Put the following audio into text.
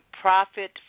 profit